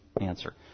answer